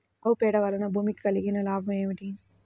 ఆవు పేడ వలన భూమికి కలిగిన లాభం ఏమిటి?